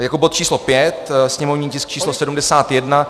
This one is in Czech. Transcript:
Jako bod č. 5, sněmovní tisk č. 71.